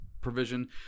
provision